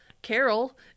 carol